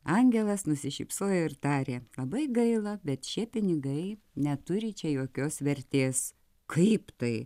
angelas nusišypsojo ir tarė labai gaila bet šie pinigai neturi čia jokios vertės kaip tai